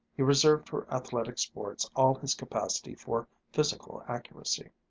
he reserved for athletic sports all his capacity for physical accuracy.